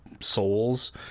souls